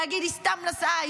להגיד: היא סתם נסעה,